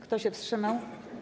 Kto się wstrzymał?